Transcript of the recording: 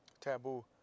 Taboo